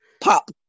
Pop